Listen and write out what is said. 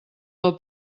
del